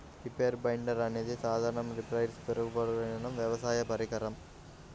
reaper binder అనేది సాధారణ రీపర్పై మెరుగుపరచబడిన వ్యవసాయ పరికరం